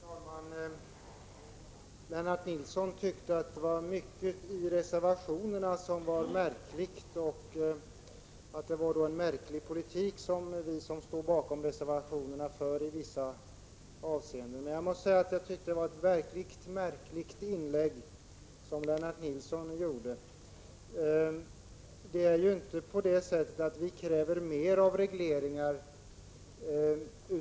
Herr talman! Lennart Nilsson tyckte att det var mycket i reservationerna som var märkligt och att det är en märklig politik som vi som står bakom reservationerna för i vissa avseenden. Jag tyckte att det var ett märkligt inlägg som Lennart Nilsson gjorde. Vi kräver inte mer av regleringar.